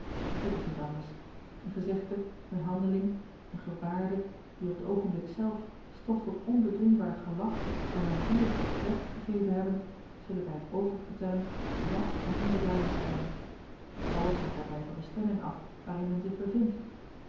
het is niet anders een gezegde een handeling een gebaarde die op het oogenblik zelf stof tot onbedwingbaar gelach en langdurige pret gegeven hebben zullen bij t oververtellen laf en onbeduidend schijnen alles hangt daarbij van de stemming af waarin men zich bevindt